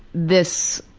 this